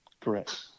Correct